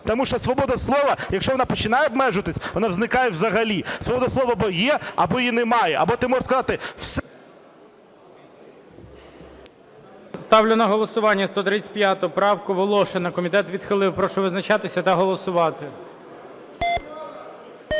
Тому що свобода слова, якщо вона починає обмежуватися, вона зникає взагалі. Свобода слова є або її немає. Або ти можеш сказати все… ГОЛОВУЮЧИЙ. Ставлю на голосування 135 правку Волошина. Комітет відхилив. Прошу визначатися та голосувати.